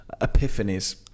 epiphanies